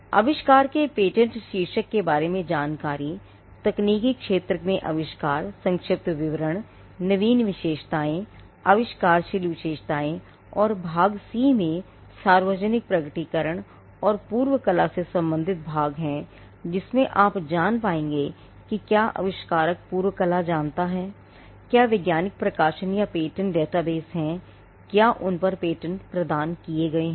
आविष्कार के पेटेंट शीर्षक के बारे में जानकारी तकनीकी क्षेत्र में आविष्कार संक्षिप्त विवरण नवीन विशेषताएँ आविष्कारशील विशेषताएँ और भाग सी में सार्वजनिक प्रकटीकरण और पूर्व कला से संबंधित भाग हैजिसमें आप जान पाएंगे कि क्या आविष्कारक कुछ पूर्व कला जानता है क्या वैज्ञानिक प्रकाशन या पेटेंट डेटाबेस हैं क्या उन पर पेटेंट प्रदान किए गए हैं